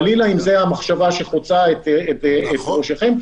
חלילה אם זו המחשבה שחוצה את ראשכם -- נכון.